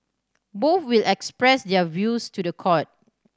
both will express their views to the court